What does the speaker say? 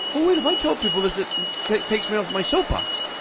oh, wait, if i tell people this, it takes takes me off my soapbox.